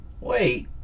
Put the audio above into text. Wait